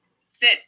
sit